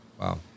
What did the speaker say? Wow